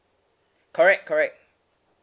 correct correct